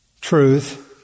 truth